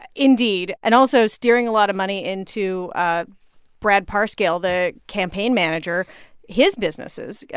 indeed, and also steering a lot of money into ah brad parscale, the campaign manager his businesses. yeah